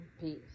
peace